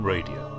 Radio